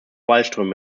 wallström